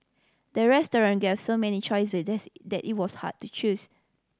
the restaurant gave so many choices that's that it was hard to choose